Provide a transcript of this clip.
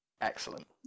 Excellent